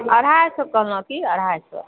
अढ़ाइ सए कहलहुँ कि अढ़ाइ सए